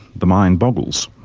the mind boggles.